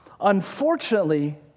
Unfortunately